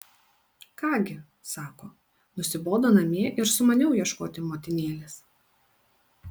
ką gi sako nusibodo namie ir sumaniau ieškoti motinėlės